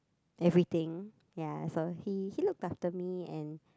everything ya so he he looked after me and